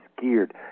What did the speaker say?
geared